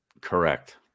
Correct